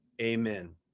Amen